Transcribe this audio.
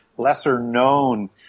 lesser-known